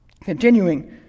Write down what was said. Continuing